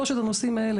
שלושת הנושאים האלה,